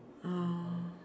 uh